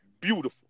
beautiful